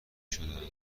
شده